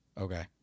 Okay